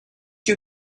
you